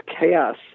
chaos